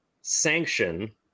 sanction